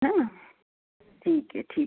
हाँ ठीक है ठीक है